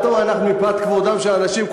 מפאת כבודם של אנשים.